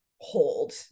hold